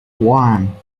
one